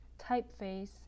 typeface